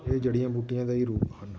ਇਹ ਜੜ੍ਹੀਆਂ ਬੂਟੀਆਂ ਦਾ ਹੀ ਰੂਪ ਹਨ